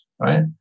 right